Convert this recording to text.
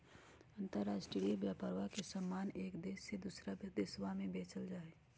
अंतराष्ट्रीय व्यापरवा में समान एक देश से दूसरा देशवा में बेचल जाहई